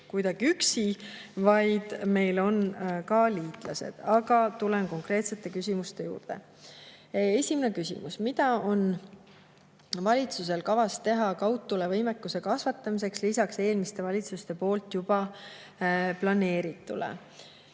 kuidagi üksi, vaid meil on ka liitlased. Aga konkreetsete küsimuste juurde. Esimene küsimus: mida on valitsusel kavas teha kaudtulevõimekuse kasvatamiseks lisaks eelmiste valitsuste poolt juba planeeritule?